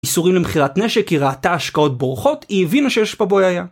איסורים למכירת נשק היא ראתה השקעות בורחות, היא הבינה שיש פה בואייה.